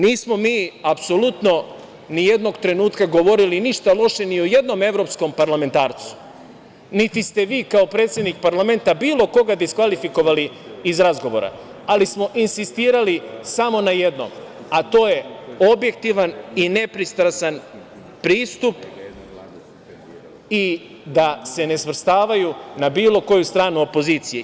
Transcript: Nismo mi apsolutno ni jednog trenutka govorili ništa loše ni o jednom evropskom parlamentarcu, niti ste vi kao predsednik parlamenta bilo koga diskvalifikovali iz razgovara, ali smo insistirali samo na jednom, a to je objektivan i nepristrasan pristup i da se ne svrstavaju na bilo koju stranu opozicije.